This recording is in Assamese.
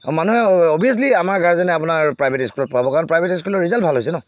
আৰু মানুহে অভিয়াচলি আমাৰ গাৰ্জেনে আপোনাৰ প্ৰায়ভেট স্কুলত পঢ়াব কাৰণ প্ৰাইভেট স্কুলৰ ৰিজাল্ট ভাল হৈছে ন